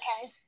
okay